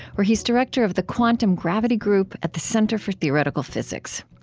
where he is director of the quantum gravity group at the center for theoretical physics.